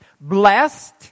Blessed